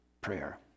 prayer